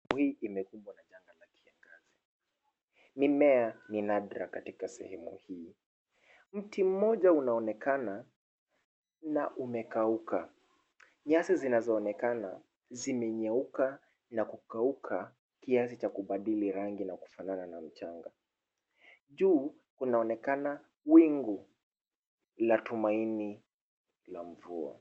Hii imekumbwa na janga la kiangazi. Mimea ni nadra katika sehemu hii, mti mmoja unaonekana na umekauka. Nyasi zinazoonekana zimenyauka na kukauka kiasi cha kubadili rangi na kufanana na mchanga. Juu kunaonekana wingu la tumaini la mvua.